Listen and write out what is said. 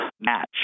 match